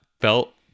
felt